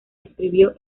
escribió